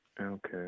Okay